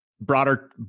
Broader